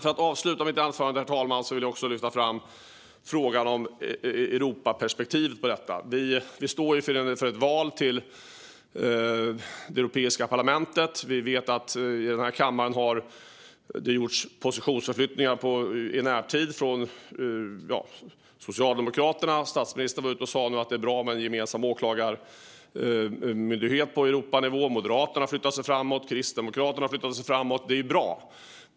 Jag vill avsluta mitt anförande med att lyfta fram Europaperspektivet på detta. Vi står inför ett val till Europaparlamentet. I den här kammaren har det gjorts positionsförflyttningar i närtid, bland annat från Socialdemokraterna. Statsministern har varit ute och sagt att det skulle vara bra med en gemensam åklagarmyndighet på Europanivå. Moderaterna har flyttat sig framåt. Och Kristdemokraterna har flyttat sig framåt. Det är bra.